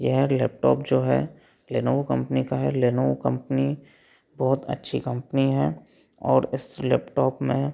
यह लैपटॉप जो है लेनोवो कंपनी का है लेनोवो कंपनी बहुत अच्छी कंपनी है और इस लैपटॉप में